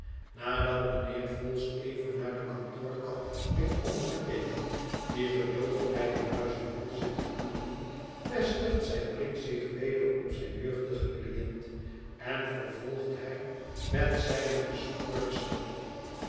nadat mijnheer vholes even naar de kantoorkat heeft omgekeken die geduldig bij een muizenhol zit te loeren vestigt zijn blik zich weder op zijn jeugdigen cliënt en vervolgt hij met zijne gesmoorde stem